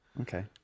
Okay